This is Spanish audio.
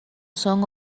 son